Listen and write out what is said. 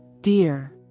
dear